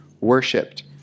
worshipped